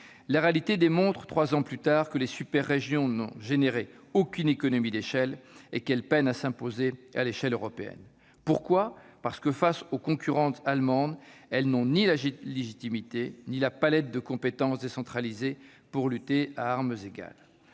la réalité démontre que les super-régions n'ont généré aucune économie d'échelle et qu'elles peinent à s'imposer à l'échelle européenne. Pourquoi ? Parce que, face à leurs concurrentes allemandes, elles ne disposent ni de la légitimité ni de la palette de compétences décentralisées requises pour lutter à armes égales.